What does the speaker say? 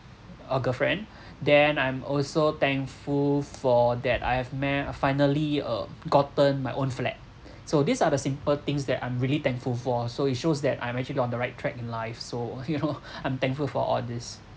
uh girlfriend then I'm also thankful for that I have met uh finally uh gotten my own flat so these are the simple things that I'm really thankful for so it shows that I'm actually on the right track in life so you know I'm thankful for all these